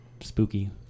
spooky